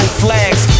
flags